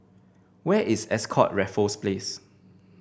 where is Ascott Raffles Place